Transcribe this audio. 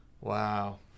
Wow